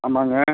ஆமாங்க